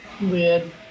Weird